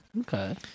okay